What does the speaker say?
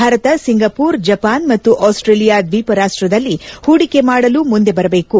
Bharat Singapore Japan ಮತ್ತು Australia ದ್ವೀಪ ರಾಷ್ಟದಲ್ಲಿ ಪೂಡಿಕೆ ಮಾಡಲು ಮುಂದೆ ಬರಬೇಕು